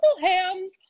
hams